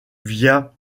via